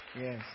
yes